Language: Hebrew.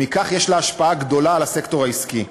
ובכך יש לה השפעה גדולה על הסקטור העסקי.